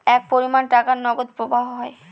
এক পরিমান টাকার নগদ প্রবাহ হয়